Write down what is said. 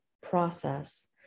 process